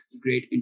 great